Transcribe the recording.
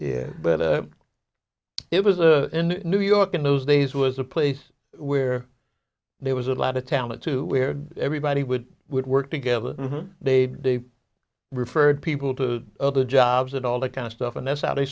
yeah but it was a new york in those days was a place where there was a lot of talent too where everybody would would work together they'd be referred people to other jobs and all that kind of stuff and that's how they